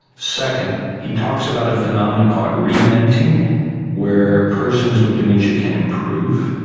second, he talks about a phenomenon called rementing where persons with dementia can improve,